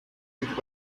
good